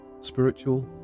Spiritual